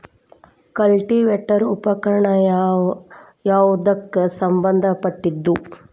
Cultivator ಉಪಕರಣ ಯಾವದಕ್ಕ ಸಂಬಂಧ ಪಟ್ಟಿದ್ದು?